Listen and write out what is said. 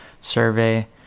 survey